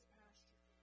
pasture